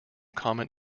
common